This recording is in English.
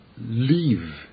leave